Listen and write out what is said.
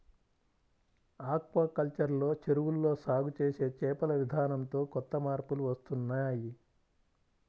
aquaculture లో చెరువుల్లో సాగు చేసే చేపల విధానంతో కొత్త మార్పులు వస్తున్నాయ్